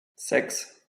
sechs